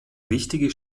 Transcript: wichtige